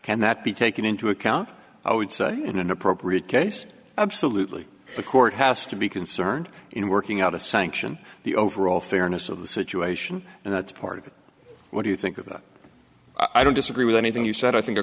can that be taken into account i would say in an appropriate case absolutely the court has to be concerned in working out a sanction the overall fairness of the situation and that's part of it what do you think of that i don't disagree with anything you said i think